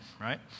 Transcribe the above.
right